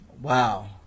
Wow